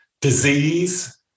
disease